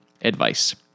advice